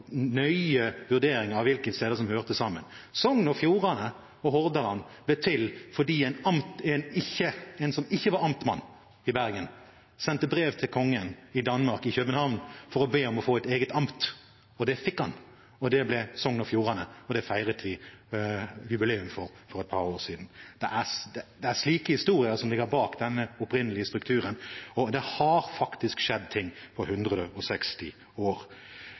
nøye vurdering av hvilke steder som hørte sammen. Sogn og Fjordane og Hordaland ble til fordi en som ikke var amtmann i Bergen, sendte brev til kongen i Danmark, i København, for å be om å få et eget amt. Det fikk han, og det ble Sogn og Fjordane. Det feiret vi jubileum for for et par år siden. Det er slike historier som ligger bak denne opprinnelige strukturen, og det har faktisk skjedd ting på 160 år. En liten trøst til mine kolleger fra Østlandet som føler det vondt og